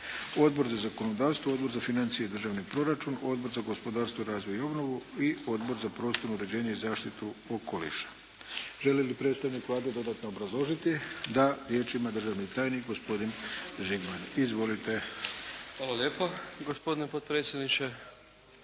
Odbor za zakonodavstvo, Odbor za financije i državni proračun, Odbor za gospodarstvo, razvoj i obnovu i Odbor za prostorno uređenje i zaštitu okoliša. Želi li predstavnik Vlade dodatno obrazložiti? Da. Riječ ima državni tajnik gospodin Žigman. Izvolite. **Žigman, Ante** Hvala lijepo gospodine potpredsjedniče.